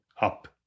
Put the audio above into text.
up